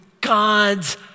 God's